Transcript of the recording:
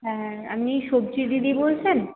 হ্যাঁ আপনি সবজি দিদি বলছেন